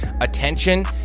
attention